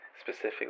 specifically